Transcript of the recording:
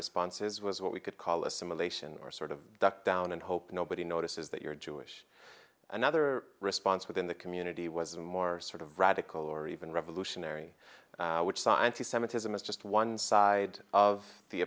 responses was what we could call assimilation or sort of ducked down and hope nobody notices that you're jewish another response within the community was more sort of radical or even revolutionary which scientists semitism is just one side of the